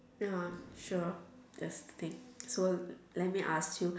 ya sure yes that's the thing so let me ask you